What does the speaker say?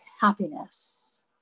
happiness